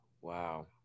Wow